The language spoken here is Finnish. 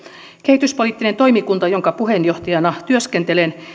kehityspoliittinen toimikunta jonka puheenjohtajana työskentelen